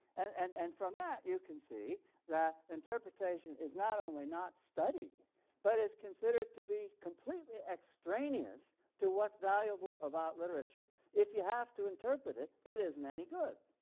and and from that you can see that interpretation is not only not studied but is considered to be completely extraneous to what's valuable about literature. if you have to interpret it, it isn't any good.